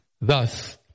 Thus